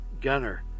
Gunner